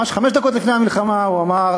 ממש חמש דקות לפני המלחמה הוא אמר: